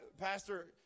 pastor